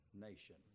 nation